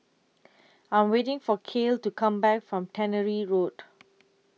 I'm waiting For Kale to Come Back from Tannery Road